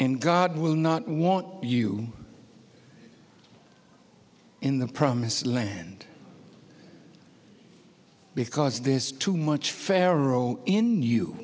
and god will not want you in the promised land because there's too much pharaoh in